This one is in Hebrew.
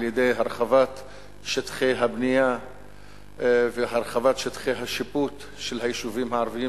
על-ידי הרחבת שטחי הבנייה והרחבת שטחי השיפוט של היישובים הערביים,